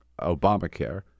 Obamacare